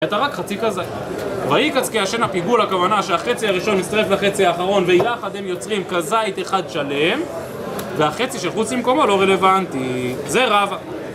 אתה רק חצי כזה, ואי קצקי אשן הפיגול הכוונה שהחצי הראשון יצטרף לחצי האחרון ויחד הם יוצרים כזית אחד שלם והחצי שחוץ ממקומו לא רלוונטי... זה רב